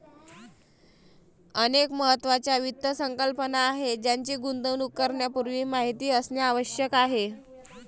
अनेक महत्त्वाच्या वित्त संकल्पना आहेत ज्यांची गुंतवणूक करण्यापूर्वी माहिती असणे आवश्यक आहे